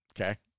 Okay